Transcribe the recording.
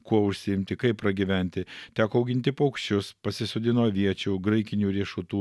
kuo užsiimti kaip pragyventi teko auginti paukščius pasisodino aviečių graikinių riešutų